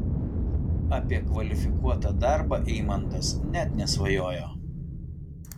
apie kvalifikuotą darbą eimantas net nesvajojo